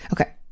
Okay